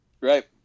Right